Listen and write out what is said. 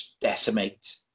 decimate